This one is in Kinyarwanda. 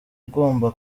ugomba